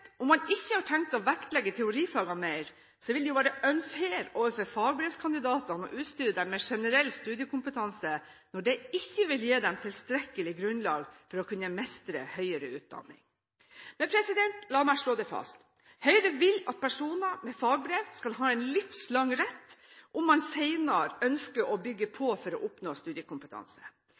å vektlegge teorifagene mer, vil det jo være unfair overfor fagbrevskandidatene å utstyre dem med generell studiekompetanse – når det ikke vil gi dem tilstrekkelig grunnlag for å kunne mestre høyere utdanning. La meg slå fast: Høyre vil at personer med fagbrev skal ha en livslang rett til – om man senere ønsker å påbygge – å oppnå studiekompetanse.